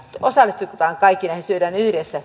osallistutaan kaikki näihin syödään yhdessä